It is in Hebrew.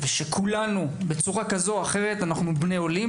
כולנו בני עולים,